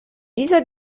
dieser